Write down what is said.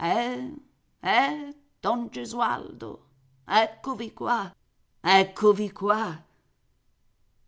eh don gesualdo eccovi qua eccovi qua